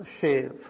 shave